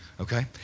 okay